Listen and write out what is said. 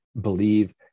believe